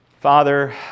Father